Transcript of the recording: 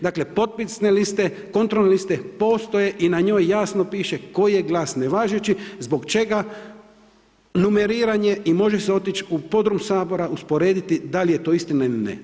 Dakle, potpisne liste, kontrolne liste postoje i na njoj jasno piše koji je glas nevažeći, zbog čega, numeriranje i može se otići u podrum Sabora usporediti da li je to istina ili ne.